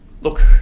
Look